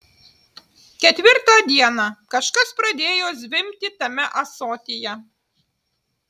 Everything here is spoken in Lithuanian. ketvirtą dieną kažkas pradėjo zvimbti tame ąsotyje